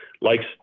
likes